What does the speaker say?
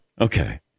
Okay